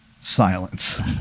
Silence